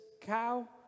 cow